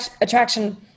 attraction